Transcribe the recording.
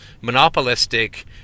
monopolistic